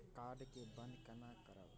Card के बन्द केना करब?